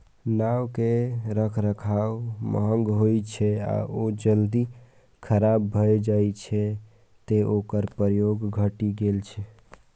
नाव के रखरखाव महग होइ छै आ ओ जल्दी खराब भए जाइ छै, तें ओकर प्रयोग घटि गेल छै